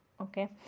Okay